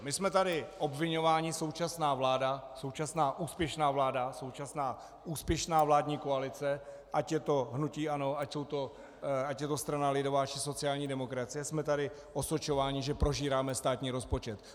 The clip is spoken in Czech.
My jsme tady obviňováni současná vláda, současná úspěšná vláda, současná úspěšná vládní koalice, ať je to hnutí ANO, ať je to strana lidová či sociální demokracie jsme tady osočováni, že prožíráme státní rozpočet.